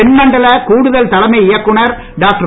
தென்மண்டல கூடுதல் தலைமை இயக்குனர் டாக்டர்